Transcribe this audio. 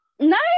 Nice